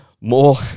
more